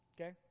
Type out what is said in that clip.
Okay